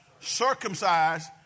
Circumcised